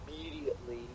immediately